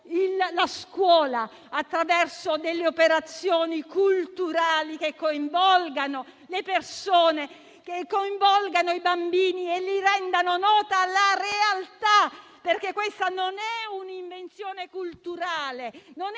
la scuola, attraverso operazioni culturali che coinvolgano le persone, i bambini e rendano loro nota la realtà, perché questa non è un'invenzione culturale, non è